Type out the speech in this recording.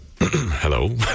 hello